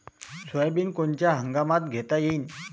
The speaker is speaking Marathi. सोयाबिन कोनच्या हंगामात घेता येईन?